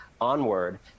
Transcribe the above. onward